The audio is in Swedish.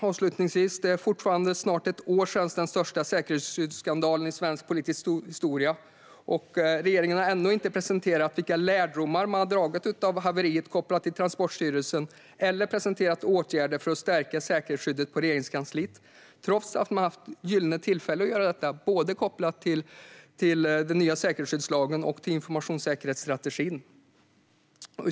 Avslutningsvis är det snart ett år sedan den största säkerhetskyddskandalen i svensk politisk historia inträffade, och regeringen har ännu inte presenterat vilka lärdomar man har dragit av haveriet kopplat till Transportstyrelsen eller några åtgärder för att stärka säkerhetsskyddet på Regeringskansliet. Ändå har man haft gyllene tillfällen att göra detta, kopplat både till den nya säkerhetsskyddslagen och till informationssäkerhetsstrategin.